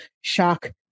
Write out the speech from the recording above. shock